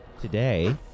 Today